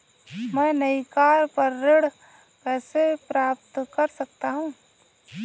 मैं नई कार पर ऋण कैसे प्राप्त कर सकता हूँ?